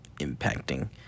impacting